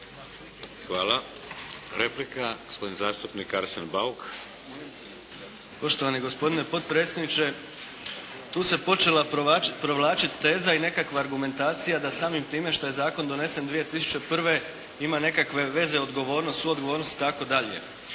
Hvala. Replika. Gospodin zastupnik Arsen Bauk. **Bauk, Arsen (SDP)** Poštovani gospodine potpredsjedniče. Tu se počela počela provlačit teza i nekakva argumentacija da samim time što je zakon donesen 2001. ima nekakve veze odgovornost, suodgovornost itd.